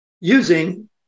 using